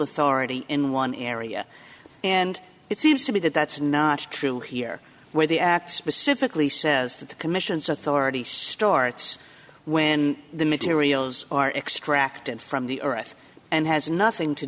authority in one area and it seems to me that that's not true here where the act specifically says that the commission's authority starts when the materials are extracted from the earth and has nothing to